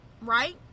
right